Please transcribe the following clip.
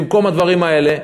במקום הדברים האלה?